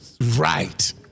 right